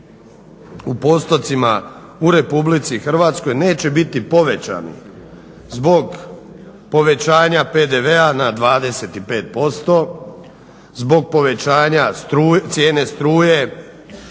u postotcima u Republici Hrvatskoj neće biti povećan zbog povećanja PDV-ana 25%, zbog povećanja cijene struje,